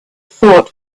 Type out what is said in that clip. thought